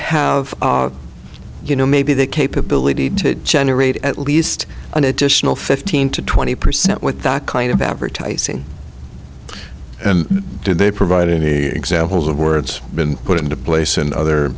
have you know maybe the capability to generate at least an additional fifteen to twenty percent with that kind of advertising and do they provide any examples of words been put into place in other